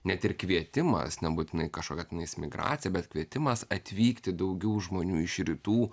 net ir kvietimas nebūtinai kažkokia tenais migracija bet kvietimas atvykti daugiau žmonių iš rytų